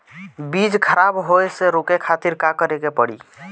बीज खराब होए से रोके खातिर का करे के पड़ी?